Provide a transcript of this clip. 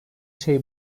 şey